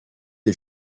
les